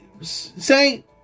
say